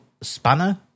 spanner